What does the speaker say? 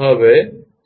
હવે